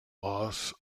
loss